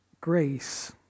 grace